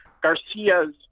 Garcia's